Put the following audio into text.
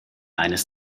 eines